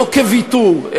לא כוויתור,